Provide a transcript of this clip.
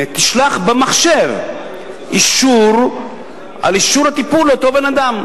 תשלח במחשב אישור על הטיפול לאותו בן-אדם.